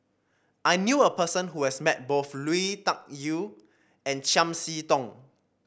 I knew a person who has met both Lui Tuck Yew and Chiam See Tong